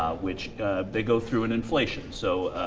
which they go through an inflation so